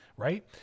right